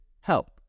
help